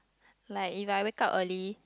like if I wake up early